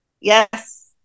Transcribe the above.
Yes